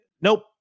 nope